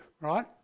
right